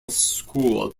school